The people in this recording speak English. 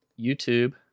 YouTube